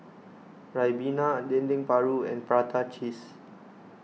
Ribena Dendeng Paru and Prata Cheese